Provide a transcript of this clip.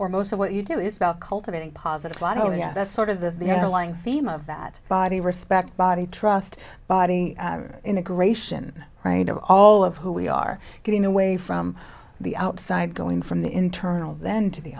or most of what you do is about cultivating positive light oh yeah that's sort of the the underlying theme of that body respect body trust body integration right of all of who we are getting away from the outside going from the internal then to